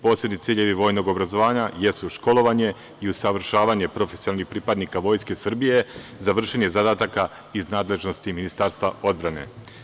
Posebni ciljevi vojnog obrazovanja jesu školovanje i usavršavanje profesionalnih pripadnika Vojske Srbije za vršenje zadataka iz nadležnosti Ministarstva odbrane.